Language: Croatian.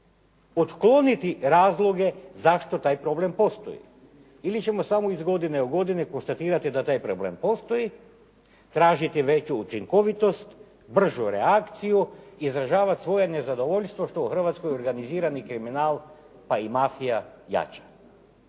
Otkloniti razloge zašto taj problem postoji ili ćemo samo iz godine u godinu konstatirati da taj problem postoji, tražiti veću učinkovitost, bržu reakciju, izražavati svoje nezadovoljstvo što u Hrvatskoj organizirani kriminal, pa i mafija jača.